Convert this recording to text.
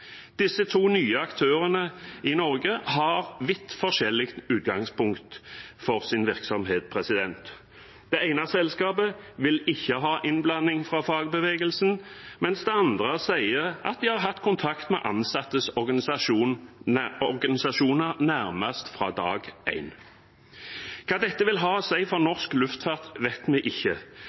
nye aktørene i Norge har vidt forskjellig utgangspunkt for sin virksomhet. Det ene selskapet vil ikke ha innblanding fra fagbevegelsen, mens det andre sier at de har hatt kontakt med ansattes organisasjoner nærmest fra dag én. Hva dette vil ha å si for norsk luftfart, vet vi ikke,